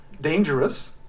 dangerous